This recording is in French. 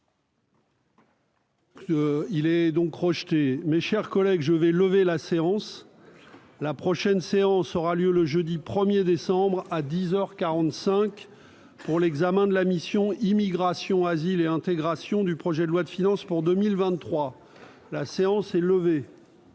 Il est donc rejetée, mes chers collègues, je vais lever la séance, la prochaine séance aura lieu le jeudi 1er décembre à 10 heures 45 pour l'examen de la mission Immigration, asile et intégration du projet de loi de finances pour 2023 la séance est levée.